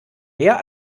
mehr